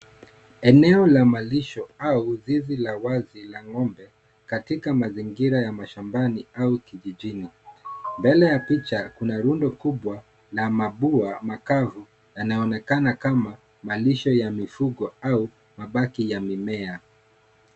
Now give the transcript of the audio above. Eneo la malisho au zizi la wazi la ng'ombe katika mazingira ya mashambani au kijijini. Mbele ya picha kuna rundo kubwa mapua makavu yanaonekana malisho ya mifugo au mabaki ya mimea